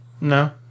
No